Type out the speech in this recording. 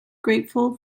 grateful